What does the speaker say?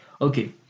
Okay